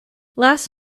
last